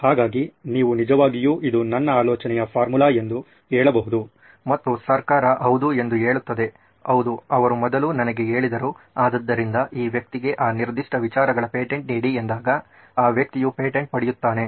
ಹಾಗಾಗಿ ನೀವು ನಿಜವಾಗಿಯೂ ಇದು ನನ್ನ ಆಲೋಚನೆಯ ಫಾರ್ಮುಲ ಎಂದು ಹೇಳಬಹುದು ಮತ್ತು ಸರ್ಕಾರ ಹೌದು ಎಂದು ಹೇಳುತ್ತದೆ ಹೌದು ಅವರು ಮೊದಲು ನನಗೆ ಹೇಳಿದರು ಆದ್ದರಿಂದ ಈ ವ್ಯಕ್ತಿಗೆ ಆ ನಿರ್ದಿಷ್ಟ ವಿಚಾರಗಳ ಪೇಟೆಂಟ್ ನೀಡಿ ಎಂದಾಗ ಆ ವ್ಯಕ್ತಿಯು ಪೇಟೆಂಟ್ ಪಡೆಯುತ್ತಾನೆ